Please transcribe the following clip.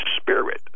spirit